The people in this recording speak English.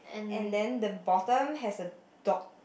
and then the bottom has a dog